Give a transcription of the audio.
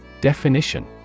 Definition